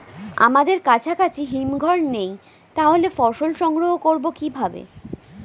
আমাদের কাছাকাছি হিমঘর নেই তাহলে ফসল সংগ্রহ করবো কিভাবে?